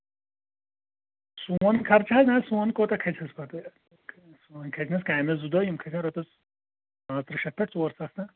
سون خرچہٕ حظ سون کوٗتاہ کھسن پَتہٕ سون کھسن کامیس زٕ دۄہ یِم کھسن رۄپیس پانٛژترٕٛہ شیٚتھ پٮ۪ٹھ ژور ساس تام